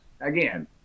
Again